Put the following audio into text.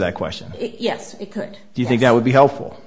that question yes it could do you think that would be helpful